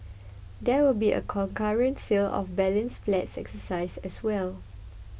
there will be a concurrent sale of balance flats exercise as well